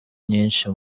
nyinshi